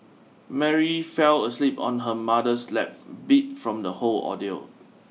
Mary fell asleep on her mother's lap beat from the whole ordeal